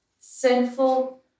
sinful